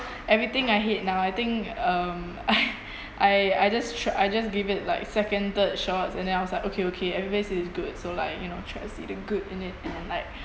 everything I hate now I think um I I just tr~ I just give it like second third shots and then I was like okay okay everybody say it's good so like you know try to see the good in it and I like